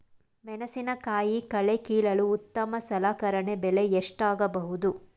ಮೆಣಸಿನಕಾಯಿ ಕಳೆ ಕೀಳಲು ಉತ್ತಮ ಸಲಕರಣೆ ಬೆಲೆ ಎಷ್ಟಾಗಬಹುದು?